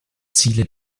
ziele